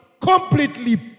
completely